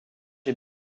est